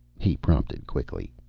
he prompted quickly.